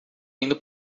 indo